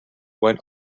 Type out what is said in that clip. went